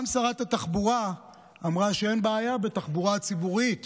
גם שרת התחבורה אמרה שאין בעיה בתחבורה הציבורית